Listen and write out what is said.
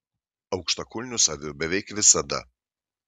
aukštakulnius aviu beveik visada